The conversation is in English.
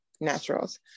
Naturals